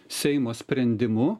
seimo sprendimu